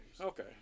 Okay